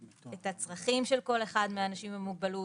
את הצרכים של כל אחד מהאנשים עם מוגבלות,